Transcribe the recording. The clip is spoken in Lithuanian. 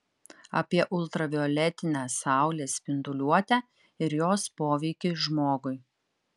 apie ultravioletinę saulės spinduliuotę ir jos poveikį žmogui